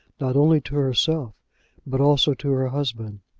not only to herself but also to her husband.